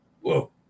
Whoa